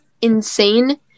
insane